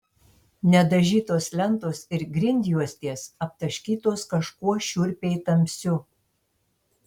nedažytos lentos ir grindjuostės aptaškytos kažkuo šiurpiai tamsiu